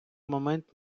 момент